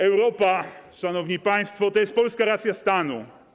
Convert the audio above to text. Europa, szanowni państwo, to jest polska racja stanu.